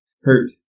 hurt